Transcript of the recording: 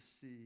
see